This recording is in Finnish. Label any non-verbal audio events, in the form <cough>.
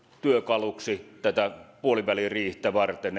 työkaluksi tätä puoliväliriihtä varten <unintelligible>